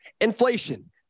Inflation